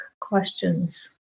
questions